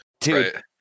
dude